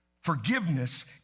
Forgiveness